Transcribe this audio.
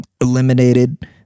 eliminated